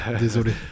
désolé